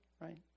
right